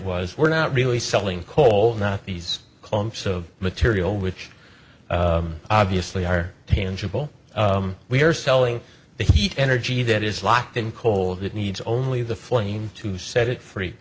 was we're not really selling coal not these clumps of material which obviously are tangible we are selling heat energy that is locked in coal it needs only the flame to set it free